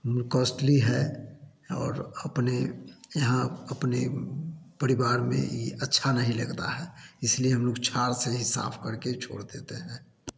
costly है और अपने यहाँ अपने परिवार में ये अच्छा नहीं लगता है इस लिए हम लोग छार से ही साफ़ करके छोड़ देते हैं